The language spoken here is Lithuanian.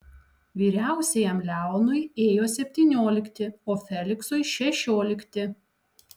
vyriausiajam leonui ėjo septyniolikti o feliksui šešiolikti